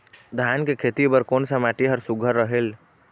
धान के खेती बर कोन सा माटी हर सुघ्घर रहेल?